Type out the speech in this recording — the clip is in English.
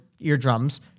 eardrums